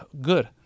good